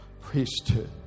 priesthood